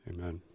Amen